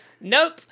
Nope